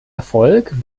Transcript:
erfolg